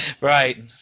Right